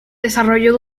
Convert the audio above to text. desarrolló